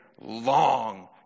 long